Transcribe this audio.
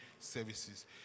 services